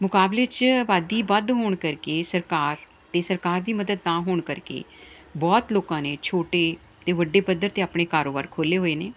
ਮੁਕਾਬਲੇ 'ਚ ਆਬਾਦੀ ਵੱਧ ਹੋਣ ਕਰਕੇ ਸਰਕਾਰ ਅਤੇ ਸਰਕਾਰ ਦੀ ਮਦਦ ਤਾਂ ਹੋਣ ਕਰਕੇ ਬਹੁਤ ਲੋਕਾਂ ਨੇ ਛੋਟੇ ਅਤੇ ਵੱਡੇ ਪੱਧਰ 'ਤੇ ਆਪਣੇ ਕਾਰੋਬਾਰ ਖੋਲੇ ਹੋਏ ਨੇ